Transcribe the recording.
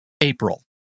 april